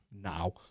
now